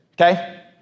okay